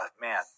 man